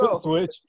Switch